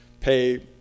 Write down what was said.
pay